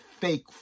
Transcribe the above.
fake